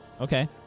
Okay